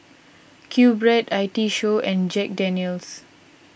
Q Bread I T Show and Jack Daniel's